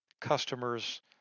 customers